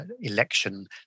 election